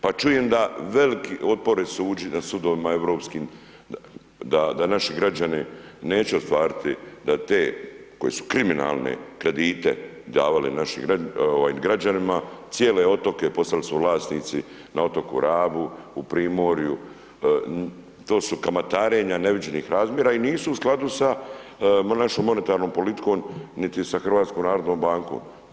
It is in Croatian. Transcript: Pa čujem da velike otpore sudovima europskim da naši građani neće ostvariti da te koji su kriminalne kredite davale našim građanima, cijele otoke postali su vlasnici na otoku Rabu, u primorju, to su kamatarenja neviđenih razmjera i nisu u skladu sa našom monetarnom politikom niti sa HNB-om.